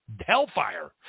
Hellfire